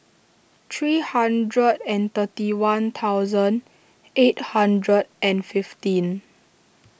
three hundred and thirty one thousand eight hundred and fifteen